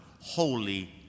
holy